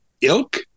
ilk